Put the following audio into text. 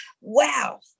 wow